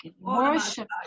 worship